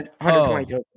122